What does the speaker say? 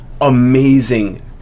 amazing